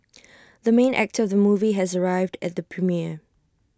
the main actor of the movie has arrived at the premiere